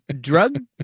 drug